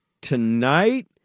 tonight